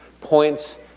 points